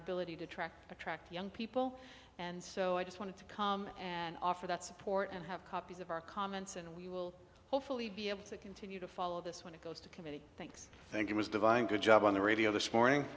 ability to attract attract young people and so i just wanted to come and offer that support and have copies of our comments and we will hopefully be able to continue to follow this when it goes to committee thanks thank you ms divine good job on the radio this morning